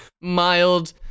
mild